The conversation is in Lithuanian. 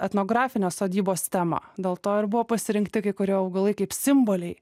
etnografinės sodybos temą dėl to ir buvo pasirinkti kai kurie augalai kaip simboliai